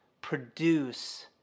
produce